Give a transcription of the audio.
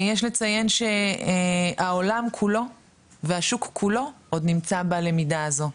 יש לציין שהעולם כולו והשוק כולו עוד נמצא בלמידה הזו.